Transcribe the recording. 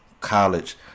college